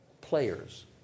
players